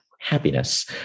happiness